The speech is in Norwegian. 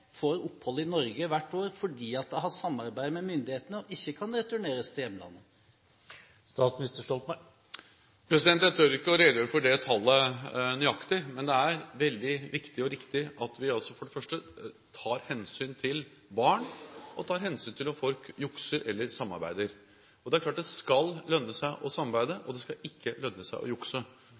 i Norge hvert år fordi de har samarbeidet med myndighetene og ikke kan returneres til hjemlandet? Jeg tør ikke å redegjøre for det nøyaktige tallet, men det er veldig viktig og riktig at vi for det første tar hensyn til barn og også tar hensyn til om folk jukser eller samarbeider. Det er klart at det skal lønne seg å samarbeide, og det skal ikke lønne seg å jukse.